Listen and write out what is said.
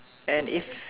and if